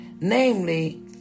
Namely